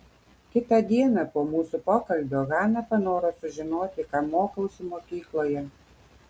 kitą dieną po mūsų pokalbio hana panoro sužinoti ką mokausi mokykloje